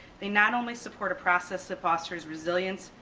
they not only support a process that fosters resilience,